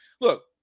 Look